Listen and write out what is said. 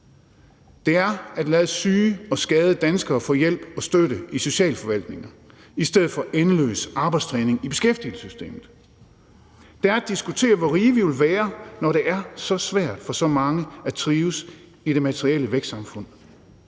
Det er at lade syge og skadede danskere få hjælp og støtte i socialforvaltningen i stedet for endeløs arbejdstræning i beskæftigelsessystemet. Det er at diskutere, hvor rige vi vil være, når det er så svært for så mange at trives i det materielle vækstsamfund.